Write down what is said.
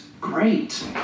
great